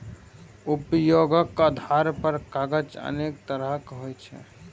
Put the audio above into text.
उपयोगक आधार पर कागज अनेक तरहक होइ छै